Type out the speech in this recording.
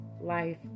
life